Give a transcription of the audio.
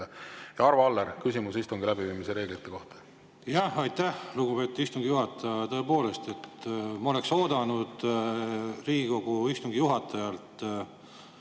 Arvo Aller, küsimus istungi läbiviimise reeglite kohta. Aitäh, lugupeetud istungi juhataja! Tõepoolest, ma oleks oodanud Riigikogu istungi juhatajalt